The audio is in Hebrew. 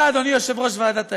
אתה, אדוני יושב-ראש ועדת האתיקה,